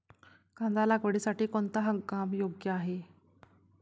कांदा लागवडीसाठी कोणता हंगाम योग्य आहे?